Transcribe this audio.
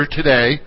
today